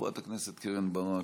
חברת הכנסת קרן ברק,